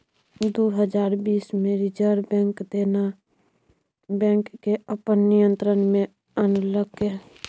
दु हजार बीस मे रिजर्ब बैंक देना बैंक केँ अपन नियंत्रण मे आनलकै